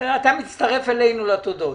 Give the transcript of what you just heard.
בסדר, אתה מצטרף אלינו לתודות.